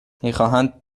میخواهند